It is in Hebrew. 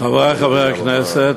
חברי חברי הכנסת,